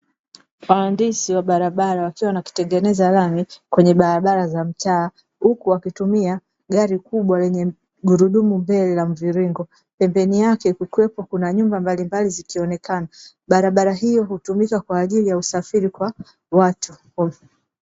Wahandisi wa barabara wakiwa wanatengeneza lami kwenye barabara za mtaa, huku wakitumia gari kubwa lenye gurudumu mbele la mviringo, pembeni yake kukiwepo kuna nyumba mbalimbali zikionekana. Barabara hiyo hutumika kwa ajili ya usafiri kwa watu.